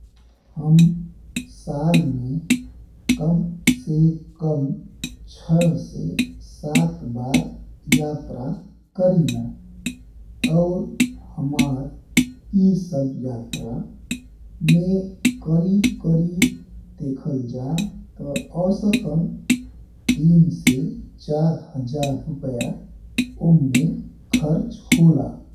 हम साल में कम से कम छह से सात बार यात्रा करीला और हमार ई सब यात्रा में करीब-करीब देखल जा ता औसतन तीन से चार हजार रुपया वो में खर्च होला।